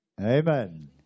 Amen